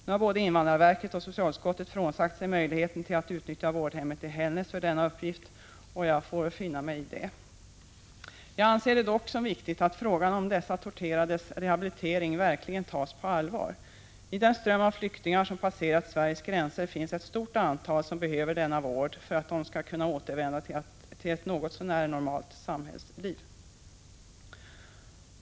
Nu har både invandrarverket och socialutskottet frånsagt sig möjligheten att utnyttja vårdhemmet i Hällnäs för denna uppgift, och jag får finna mig i det. Jag anser det viktigt att frågan om dessa torterades rehabilitering verkligen tas på allvar. I den ström av flyktingar som passerat Sveriges gränser finns ett stort antal som behöver denna vård för att kunna återvända till ett något så när normalt samhällsliv.